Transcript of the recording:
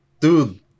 Dude